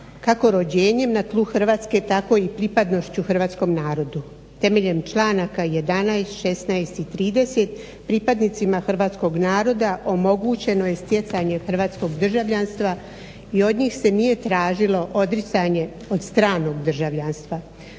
kako rođenjem na tlu Hrvatske tako i pripadnošću Hrvatskom narodu temeljem članaka 11., 16. i 30. pripadnicima Hrvatskog naroda omogućeno je stjecanje hrvatskog državljanstva i od njih se nije tražilo odricanje od stranog državljanstva.